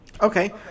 Okay